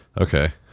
Okay